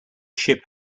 ship